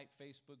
Facebook